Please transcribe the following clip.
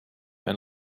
and